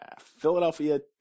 Philadelphia